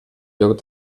joc